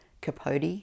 Capote